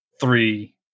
three